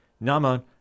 nama